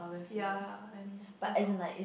ya and that's all